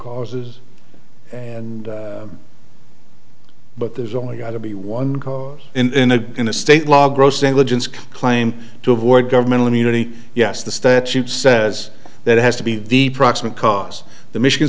causes but there's only got to be one in a in a state law gross negligence claim to avoid governmental immunity yes the statute says that has to be the proximate cause the michigan